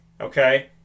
okay